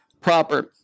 proper